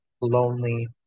lonely